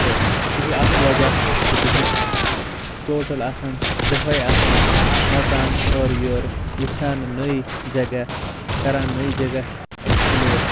تہٕ سُہ چھُ اکھ وجہہ کہِ بہٕ چھُس ٹوٹل آسان دۄہٲے آسان نژان اورٕ یورٕ وٕچھان نٔے جگہہ کران نٔے جگہہ اٮ۪کس پٕلور